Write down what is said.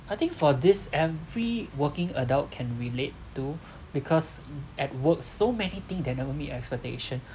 I think for this every working adult can relate to because at work so many thing that never meet your expectation